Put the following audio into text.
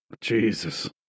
Jesus